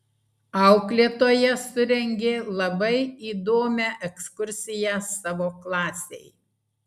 auklėtoja surengė labai įdomią ekskursiją savo klasei